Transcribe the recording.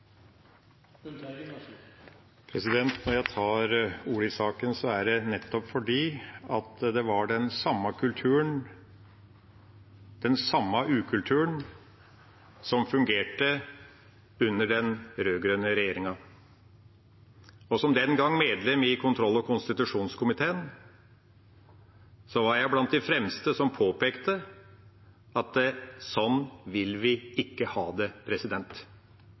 videreføre dem. Når jeg tar ordet i saken, er det nettopp fordi den samme ukulturen fungerte under den rød-grønne regjeringa. Som medlem av kontroll- og konstitusjonskomiteen den gangen var jeg blant de fremste til å påpeke at sånn vil vi ikke ha det.